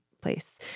place